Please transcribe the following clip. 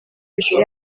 hejuru